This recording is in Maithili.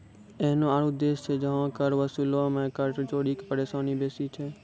एहनो आरु देश छै जहां कर वसूलै मे कर चोरी के परेशानी बेसी छै